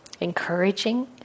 encouraging